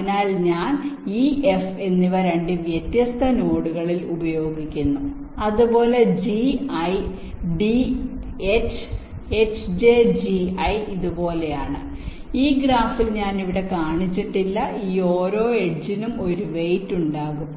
അതിനാൽ ഞാൻ E F എന്നിവ 2 വ്യത്യസ്ത നോഡുകളിൽ ഉപയോഗിക്കുന്നു അതുപോലെ G I D H HJGI ഇതുപോലെയാണ് ഈ ഗ്രാഫിൽ ഞാൻ ഇവിടെ കാണിച്ചിട്ടില്ല ഈ ഓരോ എഡ്ജിനും ഒരു വെയിറ്റ് ഉണ്ടാകും